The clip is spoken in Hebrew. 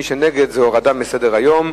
מי שנגד, זה הורדה מסדר-היום.